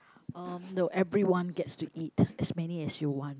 uh no everyone gets to eat as many as you want